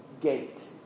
gate